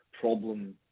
problem